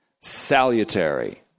salutary